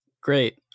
Great